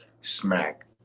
smack